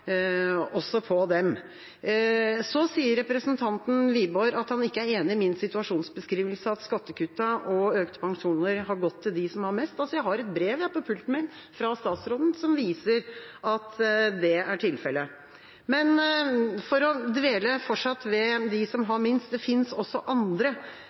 dem. Så sier representanten Wiborg at han ikke er enig i min situasjonsbeskrivelse av at skattekuttene og økte pensjoner har gått til dem som har mest. Jeg har et brev på pulten min fra statsråden som viser at det er tilfelle. Men for fortsatt å dvele ved dem som har minst: Det finnes også andre